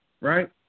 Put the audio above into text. right